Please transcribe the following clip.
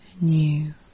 new